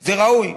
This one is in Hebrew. זה ראוי.